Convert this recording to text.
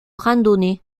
randonnée